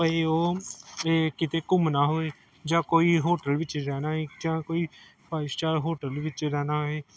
ਭਈ ਉਹ ਤਾਂ ਕਿਤੇ ਘੁੰਮਣਾ ਹੋਏ ਜਾਂ ਕੋਈ ਹੋਟਲ ਵਿੱਚ ਜਾਣਾ ਏ ਜਾਂ ਕੋਈ ਫਾਈਵ ਸਟਾਰ ਹੋਟਲ ਦੇ ਵਿੱਚ ਰਹਿਣਾ ਹੋਵੇ